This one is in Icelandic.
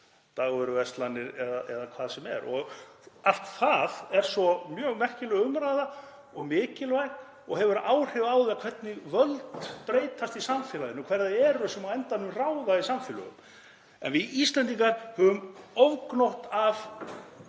dagvöruverslanir eða hvað sem er. Allt það er svo mjög merkileg umræða og mikilvæg og hefur áhrif á það hvernig völd breytast í samfélaginu og hver það eru sem á endanum ráða í samfélögum. Við Íslendingar höfum ofgnótt af